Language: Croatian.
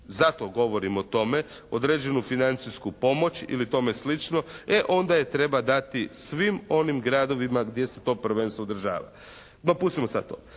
zato govorim o tome, određenu financijsku pomoć ili tome sl. e onda je treba dati svim onim gradovima gdje se to prvenstvo održava. No, pustimo sada to.